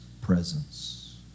presence